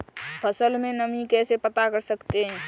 फसल में नमी कैसे पता करते हैं?